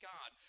God